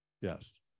Yes